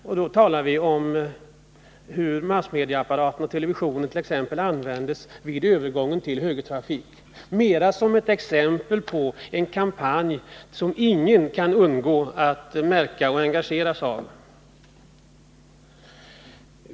Vi har talat om hur massmedieapparaten — bl.a. televisionen — användes vid övergången till högertrafik, som exempel på en kampanj som ingen kan undgå att märka och engageras av.